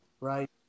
Right